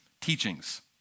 teachings